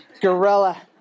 gorilla